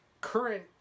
current